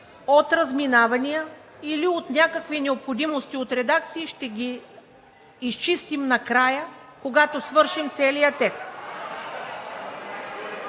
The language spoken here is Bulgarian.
от разминавания или от някакви необходимости от редакции ще ги изчистим накрая, когато свършим целия текст.